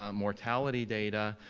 um mortality data,